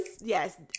yes